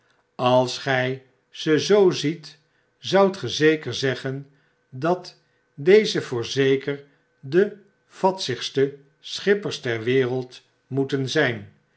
als gy ze zoo ziet zoudt ge zeker zeggen dat deze voorzeker de vadsigste schippers ter wereld moeten zyn